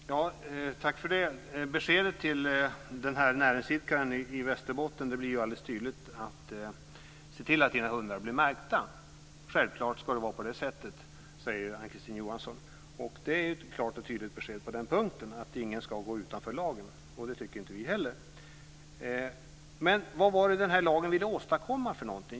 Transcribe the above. Fru talman! Tack för det beskedet till den här näringsidkaren i Västerbotten. Det är helt tydligt: Se till att dina hundar blir märkta! Självklart ska det vara på det sättet, säger Ann-Kristine Johansson. Det är ett klart och tydligt besked på den punkten, att ingen ska gå utanför lagen. Det tycker inte vi heller. Men vad var det man ville åstadkomma med den här lagen?